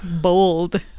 Bold